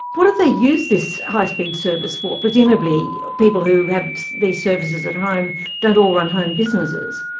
what do they use this high-speed service for? presumably people who have these services at home don't all run home businesses?